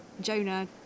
Jonah